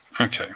Okay